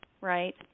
right